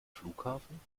flughafen